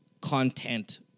content